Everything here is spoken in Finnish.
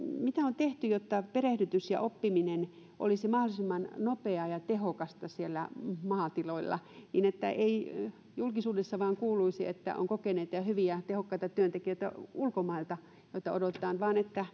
mitä on tehty jotta perehdytys ja oppiminen olisi mahdollisimman nopeaa ja tehokasta siellä maatiloilla niin että ei julkisuudessa kuuluisi vain että on kokeneita hyviä ja tehokkaita työntekijöitä ulkomailta joita odotetaan vaan että